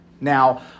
Now